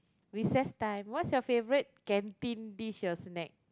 recess time what's your favourite canteen dish or snack